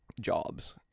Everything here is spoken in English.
jobs